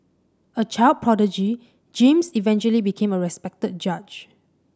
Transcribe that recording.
a child prodigy James eventually became a respected judge